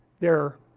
they're